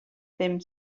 ddim